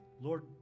Lord